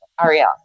Ariel